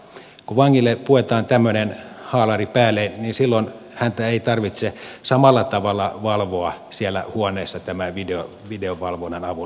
kun vangille puetaan tämmöinen haalari päälle niin silloin häntä ei tarvitse samalla tavalla valvoa siellä huoneessa tämän videovalvonnan avulla